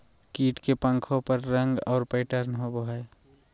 कीट के पंखों पर रंग और पैटर्न होबो हइ